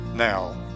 Now